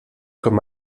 com